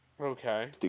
Okay